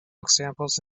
examples